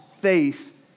face